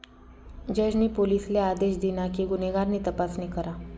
जज नी पोलिसले आदेश दिना कि गुन्हेगार नी तपासणी करा